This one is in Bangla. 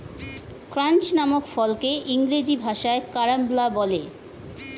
ক্রাঞ্চ নামক ফলকে ইংরেজি ভাষায় কারাম্বলা বলে